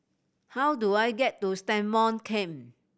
how do I get to Stagmont Camp